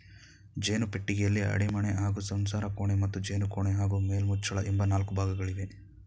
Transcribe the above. ಜೇನು ಪೆಟ್ಟಿಗೆಯಲ್ಲಿ ಅಡಿಮಣೆ ಹಾಗೂ ಸಂಸಾರಕೋಣೆ ಮತ್ತು ಜೇನುಕೋಣೆ ಹಾಗೂ ಮೇಲ್ಮುಚ್ಚಳ ಎಂಬ ನಾಲ್ಕು ಭಾಗಗಳಿವೆ